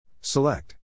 Select